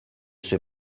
sue